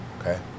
okay